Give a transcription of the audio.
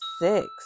six